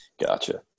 Gotcha